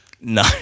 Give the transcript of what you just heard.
No